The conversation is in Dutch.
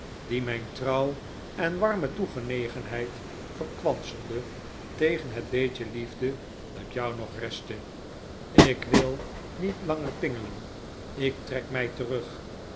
die mijn trouw en warme toegenegenheid verkwanselde tegen het beetje liefde dat jou nog restte ik wil niet langer pingelen ik trek mij terug